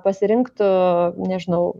pasirinktų nežinau